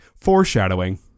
Foreshadowing